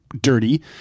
dirty